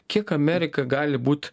kiek amerika gali būt